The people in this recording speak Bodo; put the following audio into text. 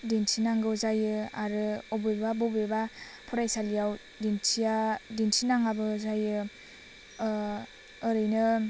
दिन्थिनांगौ जायो आरो अबेबा बबेबा फरायसालिआव दिन्थिया दिन्थि नाङाबो जायो ओरैनो